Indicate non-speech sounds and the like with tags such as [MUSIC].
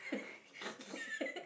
[LAUGHS]